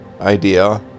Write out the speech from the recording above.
idea